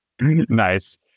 nice